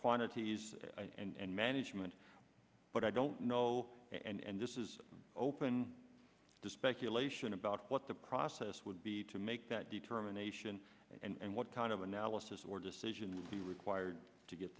quantities and management but i don't know and this is open to speculation about what the process would be to make that determination and what kind of analysis or decision be required to get